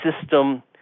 system